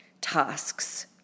tasks